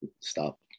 stop